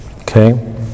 Okay